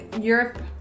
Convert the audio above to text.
Europe